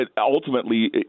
ultimately